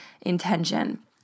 intention